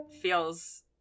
feels